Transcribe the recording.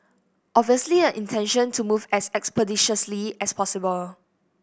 obviously the intention to move as expeditiously as possible